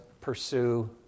pursue